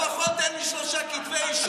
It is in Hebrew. לפחות אין לי שלושה כתבי אישום.